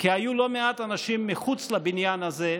כי היו לא מעט אנשים מחוץ לבניין הזה,